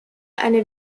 eine